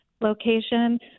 location